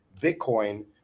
bitcoin